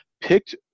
picked